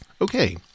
Okay